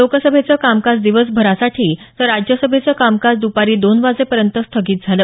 लोकसभेचं कामकाज दिवसभरासाठी तर राज्यसभेचं कामकाज दुपारी दोन वाजेपर्यंत स्थगित झालं